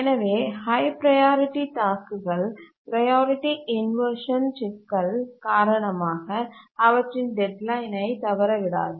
எனவே high priority டாஸ்க்குகள் priority inversion சிக்கல் காரணமாக அவற்றின் டெட்லைனை தவறவிடாது